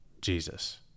Jesus